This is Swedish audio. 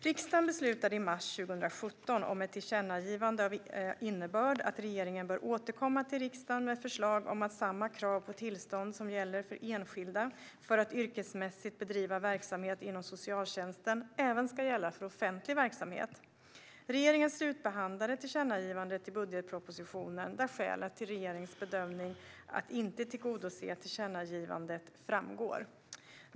Riksdagen beslutade i mars 2017 om ett tillkännagivande med innebörden att regeringen bör återkomma till riksdagen med förslag om att samma krav på tillstånd som gäller för enskilda för att yrkesmässigt bedriva verksamhet inom socialtjänsten även ska gälla för offentlig verksamhet. Regeringen slutbehandlade tillkännagivandet i budgetpropositionen där skälen till regeringens bedömning att inte tillgodose tillkännagivandet framgår.